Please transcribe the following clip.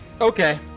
Okay